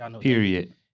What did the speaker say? Period